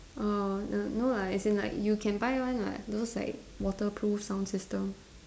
err n~ no lah as in like you can buy one [what] those like waterproof sound system